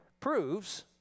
proves